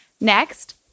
Next